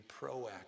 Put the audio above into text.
proactive